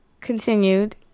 continued